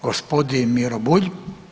Gospodin Miro Bulj.